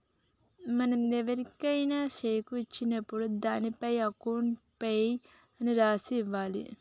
మనం ఎవరికైనా శెక్కు ఇచ్చినప్పుడు దానిపైన అకౌంట్ పేయీ అని రాసి ఇవ్వాలి